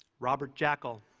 robert jackall